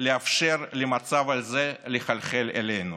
לאפשר למצב הזה לחלחל אלינו.